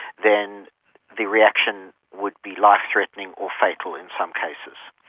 then the reaction would be life-threatening or fatal in some cases.